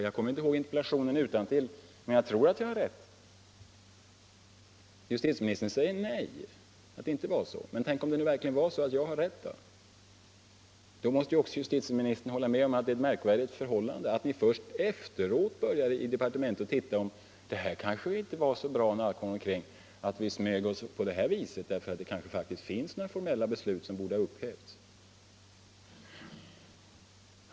Jag kan naturligtvis inte interpellationen utantill, men jag tror att jag har rätt i det. Justitieministern säger nej, men tänk att det nu faktiskt är så att jag har rätt. Då måste ju också justitieministern hålla med om att det är ett märkvärdigt förhållande att ni först efteråt i departementet började undersöka, om det när allt kommer omkring kanske inte var så bra att man smög på det där viset, eftersom det kan finnas några formella beslut som borde ha upphävts.